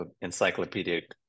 encyclopedic